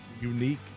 unique